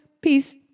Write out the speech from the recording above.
Peace